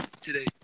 today